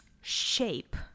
shape